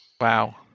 Wow